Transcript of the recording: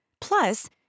Plus